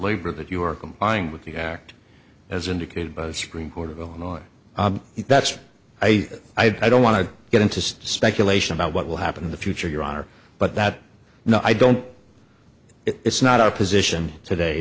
labor that you are complying with the act as indicated by the supreme court of illinois that's why i don't want to get into speculation about what will happen in the future your honor but that no i don't it's not our position today